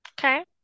Okay